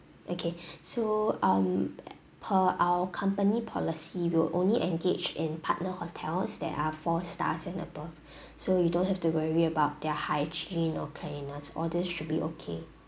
okay so um per our company policy we'll only engage in partner hotels that are four stars and above so you don't have to worry about their hygiene or cleanliness all this should be okay